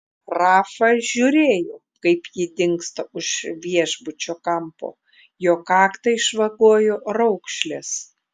rafa žiūrėjo kaip ji dingsta už viešbučio kampo jo kaktą išvagojo raukšlės